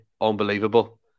unbelievable